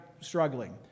struggling